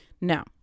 Now